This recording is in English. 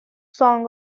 song